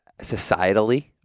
societally